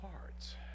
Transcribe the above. hearts